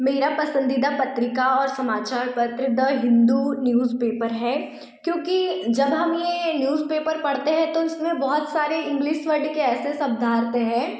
मेरा पसंदीदा पत्रिका और समाचार पत्र द हिन्दू न्यूज़पेपर है क्योंकि जब हम यह न्यूज़पेपर पढ़ते हैं तो इसमें बहुत सारे इंग्लिस वर्ड के ऐसे शब्दार्थ हैं